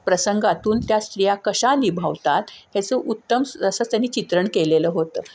प्रसंगातून त्या स्त्रिया कशा निभावतात ह्याचं उत्तम असं त्यांनी चित्रण केलेलं होतं